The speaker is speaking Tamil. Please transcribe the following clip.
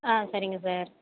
ஆ சரிங்க சார்